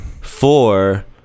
four